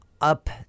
up